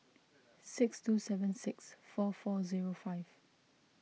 six two seven six four four zero five